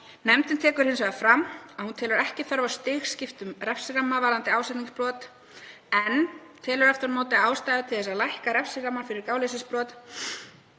Nefndin tekur hins vegar fram að hún telur ekki þörf á stigskiptum refsiramma varðandi ásetningsbrot en telur aftur á móti ástæðu til að lækka refsirammann fyrir gáleysisbrot.